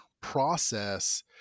process